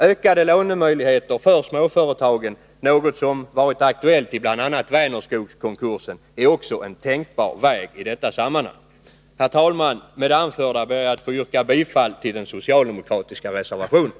Ökade lånemöjligheter för småföretagen, något som varit aktuellt i bl.a. Vänerskogskonkursen, är också det en tänkbar väg i detta sammanhang. Herr talman! Med det anförda ber jag att få yrka bifall till den socialdemokratiska reservationen.